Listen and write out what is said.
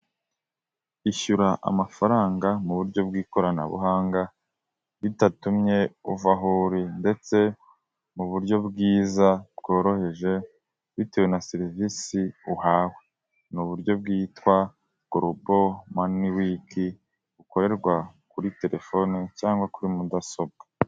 Ishyura amafaranga mu buryo bw'ikoranabuhanga bitatumye uva aho uri ndetse mu buryo bwiza bworoheje bitewe na serivisi uhawe. Ni uburyo bwitwa gorobo mani wiki bukorerwa kuri telefoni cyangwa kuri mudasobwa.